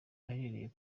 ahereye